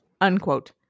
Unquote